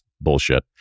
Bullshit